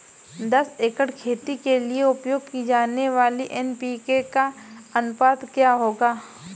दस एकड़ खेती के लिए उपयोग की जाने वाली एन.पी.के का अनुपात क्या होगा?